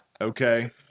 Okay